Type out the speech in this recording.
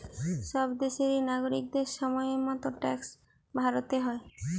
সব দেশেরই নাগরিকদের সময় মতো ট্যাক্স ভরতে হয়